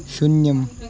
शून्यम्